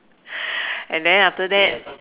and then after that